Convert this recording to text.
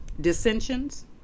dissensions